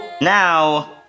now